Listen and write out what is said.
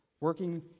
Working